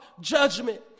judgment